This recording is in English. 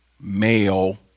male